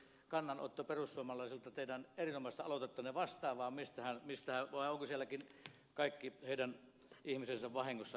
onko se joku kannanotto perussuomalaisilta teidän erinomaista aloitettanne vastaan vai ovatko sielläkin kaikki heidän ihmisensä vahingossa jättäneet allekirjoittamatta